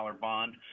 bond